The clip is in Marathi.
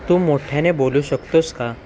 तू मोठ्याने बोलू शकतोस का